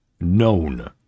known